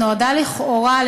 נועדה לכאורה,